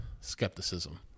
skepticism